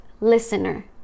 listener